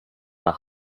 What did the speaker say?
nach